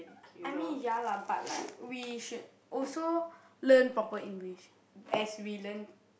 I mean ya lah but like we should also learn proper English as we learn